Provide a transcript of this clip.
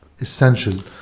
essential